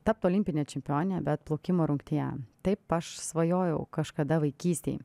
tapt olimpine čempione bet plaukimo rungtyje taip aš svajojau kažkada vaikystėj